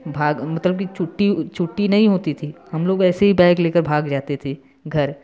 भाग मतलब कि छुट्टी छुट्टी नहीं होती थी हम लोग ऐसे ही बैग लेकर भाग जाते थे घर